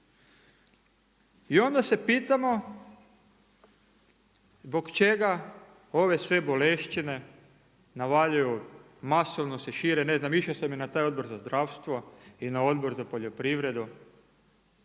I onda se pitamo zbog čega ove sve boleščine navaljuju masovno se šire. Ne znam, išao sam i na taj Odbor za zdravstvo i na Odbor za poljoprivredu